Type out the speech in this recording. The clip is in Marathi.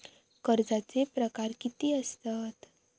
कर्जाचे प्रकार कीती असतत?